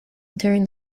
during